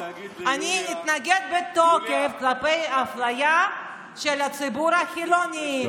אני אתנגד בתוקף לאפליה של הציבור החילוני.